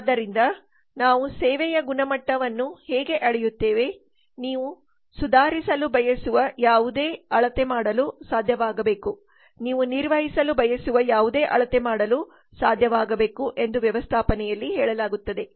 ಆದ್ದರಿಂದ ನಾವು ಸೇವೆಯ ಗುಣಮಟ್ಟವನ್ನು ಹೇಗೆ ಅಳೆಯುತ್ತೇವೆ ನೀವು ಸುಧಾರಿಸಲು ಬಯಸುವ ಯಾವುದೇ ಅಳತೆ ಮಾಡಲು ಸಾಧ್ಯವಾಗಬೇಕು ನೀವು ನಿರ್ವಹಿಸಲು ಬಯಸುವ ಯಾವುದೇ ಅಳತೆ ಮಾಡಲು ಸಾಧ್ಯವಾಗುಬೇಕು ಎಂದು ವ್ಯವಸ್ಥಾಪನೆ ಯಲ್ಲಿ ಹೇಳಲಾಗುತ್ತದೆ